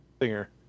Singer